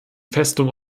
festung